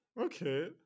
okay